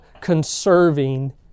conserving